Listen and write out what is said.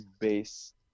base